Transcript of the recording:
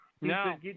No